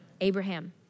Abraham